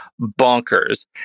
bonkers